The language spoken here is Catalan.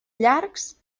llargs